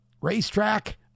racetrack